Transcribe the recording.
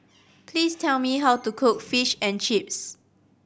please tell me how to cook Fish and Chips